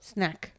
Snack